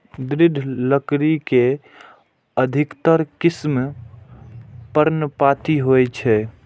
दृढ़ लकड़ी के अधिकतर किस्म पर्णपाती होइ छै